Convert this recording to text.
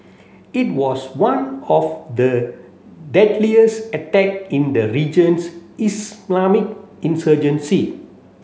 it was one of the deadliest attack in the region's Islamic insurgency